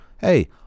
hey